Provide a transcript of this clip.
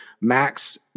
Max